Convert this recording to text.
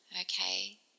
Okay